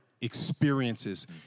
experiences